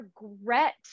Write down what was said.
regret